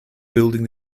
building